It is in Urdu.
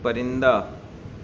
پرندہ